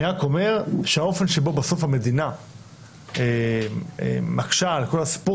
אני רק אומר שהאופן שבו בסוף המדינה מקשה על כל הסיפור